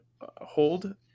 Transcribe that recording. hold